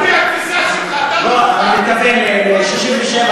על-פי התפיסה שלך, אתה לא, הוא מתכוון ל-67'.